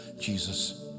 Jesus